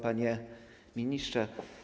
Panie Ministrze!